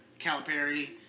Calipari